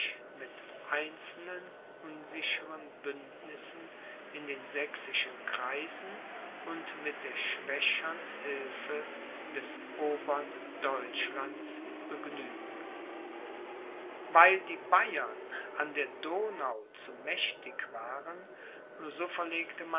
mit einzelnen unsicheren bündnissen in den sächsischen kreisen und mit der schwächern hilfe des obern deutschlands begnügen weil die bayern an der donau zu mächtig waren so verlegte